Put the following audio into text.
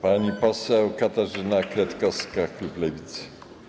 Pani poseł Katarzyna Kretkowska, klub Lewicy.